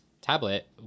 Tablet